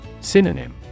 Synonym